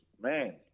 man